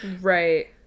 right